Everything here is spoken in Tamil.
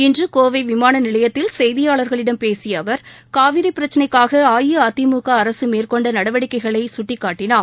இன்று கோவை விமான நிலையத்தில் செய்தியாளர்களிடம் பேசிய அவர் காவிரி பிரச்சினைக்காக அஇஅதிமுக அரசு மேற்கொண்ட நடவடிக்கைகளை சுட்டிக்காட்டினார்